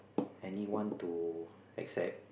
anyone to accept